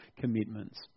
commitments